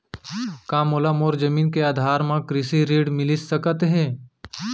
का मोला मोर जमीन के आधार म कृषि ऋण मिलिस सकत हे?